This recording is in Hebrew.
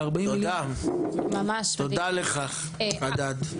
תודה, תודה לך חדד.